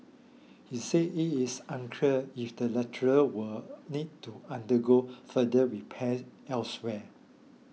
he said it is unclear if the latter will need to undergo further repairs elsewhere